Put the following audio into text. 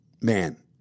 man